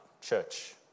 church